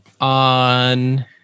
on